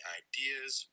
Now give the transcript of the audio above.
ideas